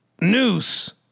noose